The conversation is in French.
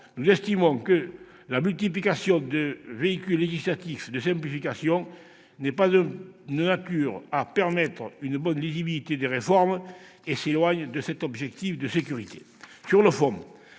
Nous estimons que la multiplication de véhicules législatifs de simplification n'est pas de nature à permettre une bonne lisibilité des réformes, et s'éloigne de cet objectif de sécurité. Sur le fond,